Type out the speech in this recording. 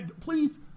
Please